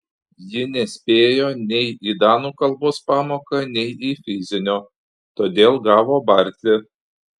ji nespėjo nei į danų kalbos pamoką nei į fizinio todėl gavo barti